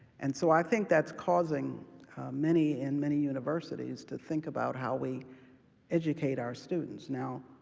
and so i think that's causing many in many universities to think about how we educate our students. now,